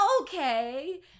okay